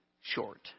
short